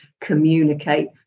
communicate